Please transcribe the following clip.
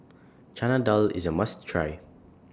Chana Dal IS A must Try